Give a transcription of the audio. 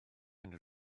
enw